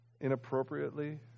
inappropriately